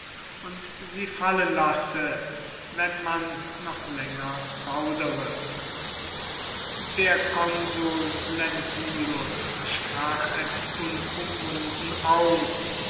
und sie fallen lasse wenn man noch länger zaudere der konsul lentulus sprach es unumwunden aus